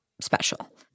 special